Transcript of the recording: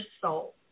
soul